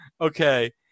Okay